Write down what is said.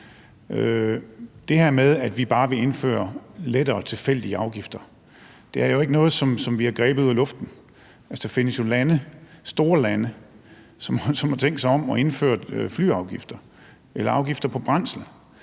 det her med, at vi bare vil indføre lettere tilfældige afgifter, vil jeg sige, at det jo ikke er noget, vi har grebet ud af luften. Altså, der findes jo lande, store lande, som har tænkt sig om og indført flyafgifter eller afgifter på brændsel.